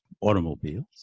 automobiles